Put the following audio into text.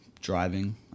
driving